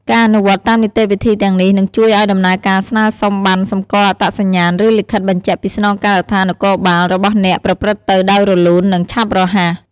ការអនុវត្តតាមនីតិវិធីទាំងនេះ នឹងជួយឲ្យដំណើរការស្នើសុំប័ណ្ណសម្គាល់អត្តសញ្ញាណ ឬលិខិតបញ្ជាក់ពីស្នងការដ្ឋាននគរបាលរបស់អ្នកប្រព្រឹត្តទៅដោយរលូន និងឆាប់រហ័ស។